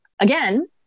again